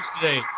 today